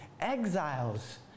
exiles